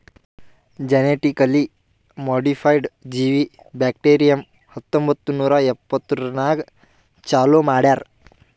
genetically modified ಜೀವಿ bacterium ಹತ್ತೊಂಬತ್ತು ನೂರಾ ಎಪ್ಪತ್ಮೂರನಾಗ್ ಚಾಲೂ ಮಾಡ್ಯಾರ್